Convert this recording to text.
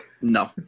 No